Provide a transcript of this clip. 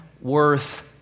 worth